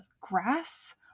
grass